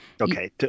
Okay